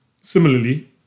Similarly